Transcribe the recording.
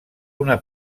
una